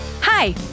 Hi